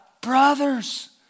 brothers